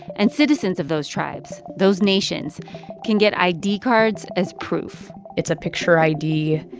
and citizens of those tribes those nations can get id cards as proof it's a picture id.